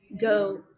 go